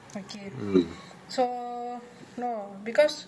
okay so no because